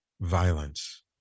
violence